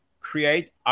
create